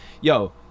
yo